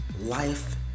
Life